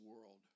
world